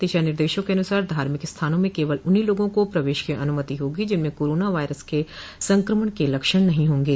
दिशा निदशों के अनुसार धार्मिक स्थानों में केवल उन्ही लोगों को प्रवेश अनुमति होगी जिनमें कोरोना वायरस के संक्रमण के लक्षण नहीं होंगे